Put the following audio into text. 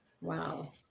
Wow